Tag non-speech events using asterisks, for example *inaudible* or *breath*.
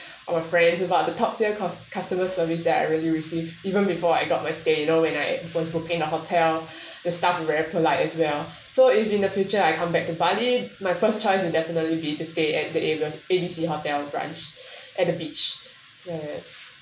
our friends about the top tier cus~ custo mer service that I really receive even before I got my stayed you know when I was booking a hotel *breath* the staff were very polite as well so if in the future I come back to bali my first choice will definitely be the stay at the area A B C hotel branch at the beach yes